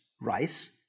rice